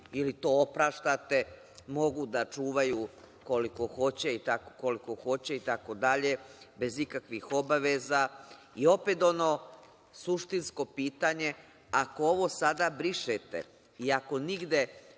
ili to opraštate, mogu da čuvaju koliko hoće itd, bez ikakvih obaveza. Opet ono suštinsko pitanje, ako ovo sada brišete i ako nigde